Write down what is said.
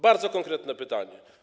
Bardzo konkretne pytanie.